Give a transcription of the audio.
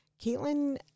Caitlin